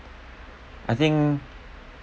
I think